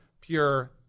pure